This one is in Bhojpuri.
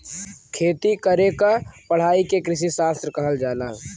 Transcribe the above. खेती करे क पढ़ाई के कृषिशास्त्र कहल जाला